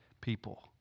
people